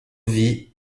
vit